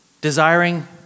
desiring